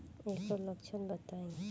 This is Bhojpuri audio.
ऐकर लक्षण बताई?